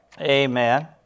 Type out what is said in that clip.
Amen